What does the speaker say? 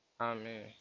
amen